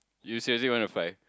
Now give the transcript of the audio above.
you seriously want to fly